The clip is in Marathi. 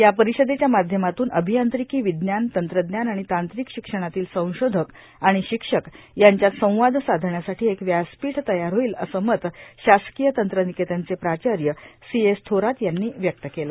या पर्गरषदेच्या माध्यमातून र्आभयांत्रिकां विज्ञान तंत्रज्ञान आर्गण तांत्रिक शिक्षणातील संशोधक आर्गण शिक्षक यांच्यात संवाद साधण्यासाठी एक व्यासपीठ तयार होईल असं मत शासकोय तंत्र निकेतनचे प्राचाय सी एस थोरात यांनी व्यक्त केलं